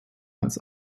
als